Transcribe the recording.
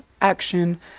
action